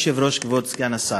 אדוני היושב-ראש, כבוד סגן השר,